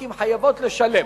כי הן חייבות לשלם.